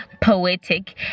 poetic